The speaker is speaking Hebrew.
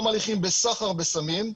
תום הליכים בסחר בסמים,